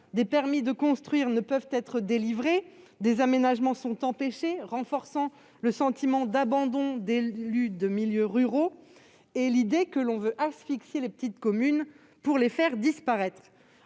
des permis de construire ne peuvent être délivrés et des aménagements sont empêchés, renforçant le sentiment d'abandon d'élus de milieux ruraux et l'idée que l'on veut asphyxier les petites communes pour les faire disparaître.